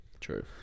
True